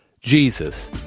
Jesus